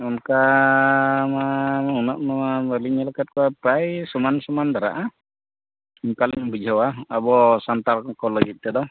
ᱚᱱᱠᱟ ᱢᱟ ᱩᱱᱟᱹᱜᱼᱢᱟ ᱵᱟᱹᱞᱤᱧ ᱧᱮᱞ ᱠᱟᱫ ᱠᱚᱣᱟ ᱯᱨᱟᱭ ᱥᱚᱢᱟᱱ ᱥᱚᱢᱟᱱ ᱫᱷᱟᱨᱟᱜᱼᱟ ᱚᱱᱠᱟ ᱞᱤᱧ ᱵᱩᱡᱷᱟᱹᱣᱟ ᱟᱵᱚ ᱥᱟᱱᱛᱟᱲ ᱠᱚ ᱞᱟᱹᱜᱤᱫ ᱛᱮᱫᱚ